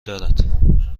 دارد